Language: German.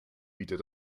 bietet